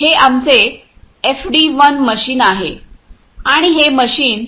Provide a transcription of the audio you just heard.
हे आमचे FD 1 machine आहे आणि हे मशीन